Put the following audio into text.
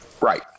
right